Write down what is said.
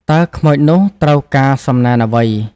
តើខ្មោចនោះត្រូវការសំណែនអ្វី?